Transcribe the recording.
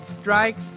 strikes